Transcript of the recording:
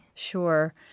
Sure